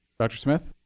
dr. smith?